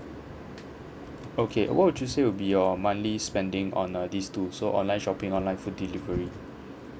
okay what would you say would be your monthly spending on uh these two so online shopping online food delivery